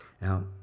Now